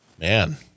man